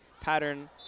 pattern